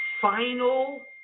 final